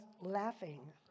laughing